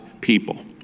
people